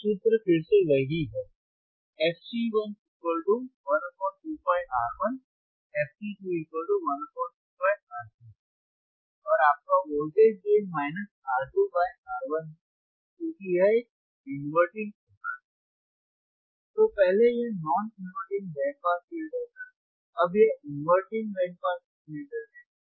यहाँ सूत्र फिर से वही है fC112πR1 fC212πRC2 और आपका voltage gain minus R2 by R1 है क्योंकि यह एक इनवर्टिंग opamp है तो पहले यह non inverting band pass filter था अब यह इनवर्टिंग बैंड पास फिल्टर है